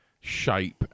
shape